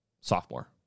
sophomore